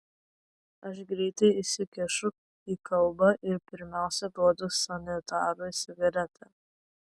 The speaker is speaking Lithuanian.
aš greitai įsikišu į kalbą ir pirmiausia duodu sanitarui cigaretę